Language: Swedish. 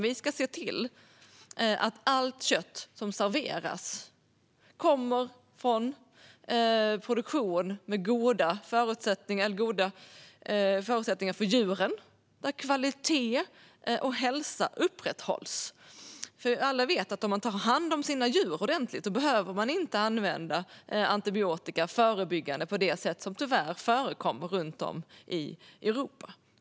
Vi ska se till att allt kött som serveras kommer från produktion med goda förutsättningar för djuren, där kvalitet och hälsa upprätthålls. Alla vet att om man tar hand om djuren ordentligt behöver man inte använda antibiotika i förebyggande syfte på det sätt som tyvärr förekommer runt om i Europa.